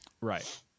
right